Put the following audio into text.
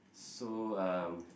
so um